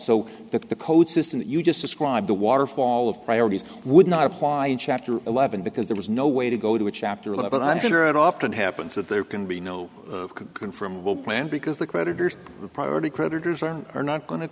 so that the code system that you just described the waterfall of priorities would not apply in chapter eleven because there was no way to go to a chapter eleven one hundred often happens that there can be no can from will plan because the creditors the priority creditors are not going to